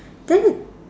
then